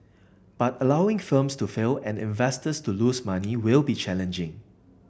but allowing firms to fail and investors to lose money will be challenging